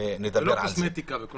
לא